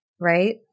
right